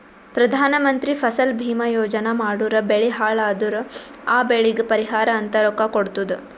ಪ್ರಧಾನ ಮಂತ್ರಿ ಫಸಲ ಭೀಮಾ ಯೋಜನಾ ಮಾಡುರ್ ಬೆಳಿ ಹಾಳ್ ಅದುರ್ ಆ ಬೆಳಿಗ್ ಪರಿಹಾರ ಅಂತ ರೊಕ್ಕಾ ಕೊಡ್ತುದ್